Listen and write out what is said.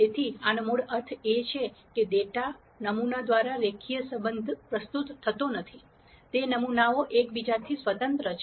તેથી આ આનો મૂળ અર્થ એ છે કે ડેટા નમૂના દ્વારા રેખીય સંબંધ પ્રસ્તુત થતો નથી તે નમૂનાઓ એક બીજાથી સ્વતંત્ર છે